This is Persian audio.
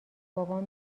بابام